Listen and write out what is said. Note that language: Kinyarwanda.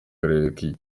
karere